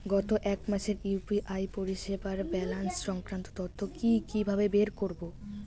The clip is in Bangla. গত এক মাসের ইউ.পি.আই পরিষেবার ব্যালান্স সংক্রান্ত তথ্য কি কিভাবে বের করব?